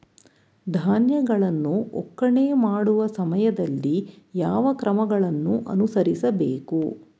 ಧಾನ್ಯಗಳನ್ನು ಒಕ್ಕಣೆ ಮಾಡುವ ಸಮಯದಲ್ಲಿ ಯಾವ ಕ್ರಮಗಳನ್ನು ಅನುಸರಿಸಬೇಕು?